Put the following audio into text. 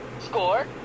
Score